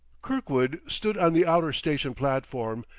kirkwood stood on the outer station platform,